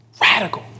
radical